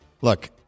Look